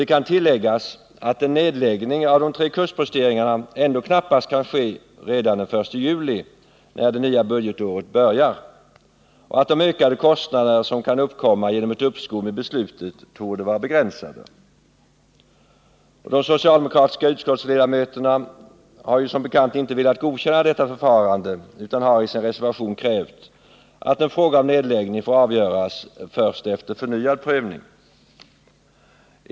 Det kan tilläggas att en nedläggning av de tre kustposteringarna ändå knappast kan ske redan den 1 juli, när det nya budgetåret börjar, och att de ökade kostnader som kan uppkomma genom ett uppskov med beslutet torde vara begränsade. De socialdemokratiska utskottsledamöterna har som bekant inte velat godkänna detta förfarande utan har i sin reservation krävt att frågan om nedläggning får avgöras först efter förnyad prövning.